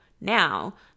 now